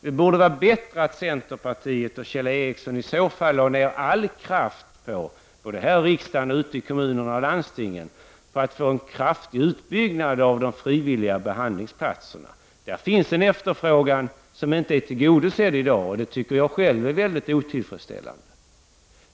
Det borde vara bättre att centerpartiet och Kjell Ericsson lade ner all kraft, både här i riksdagen och ute i kommunerna och landstingen, på att få till stånd en ordentlig utbyggnad av de frivilliga behandlingsplatserna. Det finns i dag en efterfrågan som inte är tillgodosedd, och det tycker jag själv är mycket otillfredsställande.